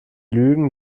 lügen